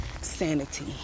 sanity